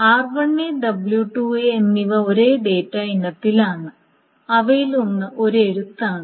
r1 w2 എന്നിവ ഒരേ data ഇനത്തിലാണ് അവയിലൊന്ന് ഒരു എഴുത്താണ്